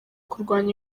kurwanya